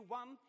one